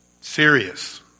Serious